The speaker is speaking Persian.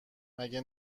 مگه